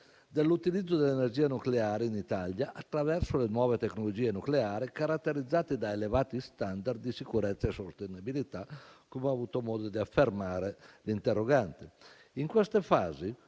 dell'utilizzo dell'energia nucleare in Italia attraverso le nuove tecnologie nucleari caratterizzate da elevati *standard* di sicurezza e sostenibilità, come ha avuto modo di affermare l'interrogante. In queste fasi